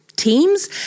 Teams